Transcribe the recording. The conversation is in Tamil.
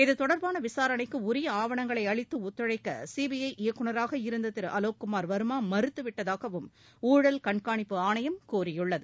இத்தொடர்பான விசாரணைக்கு உரிய ஆவணங்களை அளித்து ஒத்துழைக்க சிபிஐ இயக்குநராக இருந்த திரு அலோக்குமா் வா்மா மறுத்துவிட்டதாகவும் ஊழல் கண்காணிப்பு ஆணையம் கூறியுள்ளது